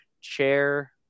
chair